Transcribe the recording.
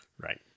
right